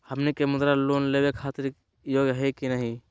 हमनी के मुद्रा लोन लेवे खातीर योग्य हई की नही?